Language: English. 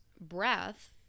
breath